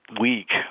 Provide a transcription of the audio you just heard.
week